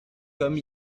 comme